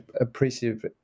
appreciative